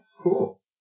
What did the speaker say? Cool